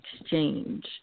exchange